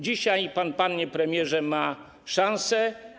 Dzisiaj pan, panie premierze, ma szansę.